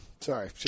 Sorry